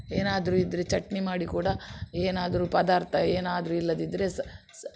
ಏನಾದರು ಇದ್ರೆ ಚಟ್ನಿ ಮಾಡಿ ಕೂಡ ಏನಾದರು ಪದಾರ್ಥ ಏನಾದರು ಇಲ್ಲದಿದ್ರೆ ಸಹ ಸಹ